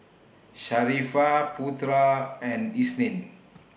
Sharifah Putera and Isnin